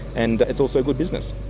and it's also good business.